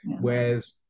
whereas